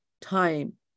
time